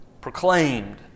proclaimed